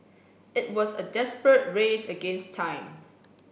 it was a desperate race against time